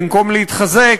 במקום להתחזק,